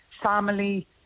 family